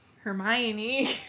Hermione